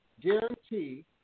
guarantee